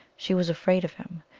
she was afraid of him.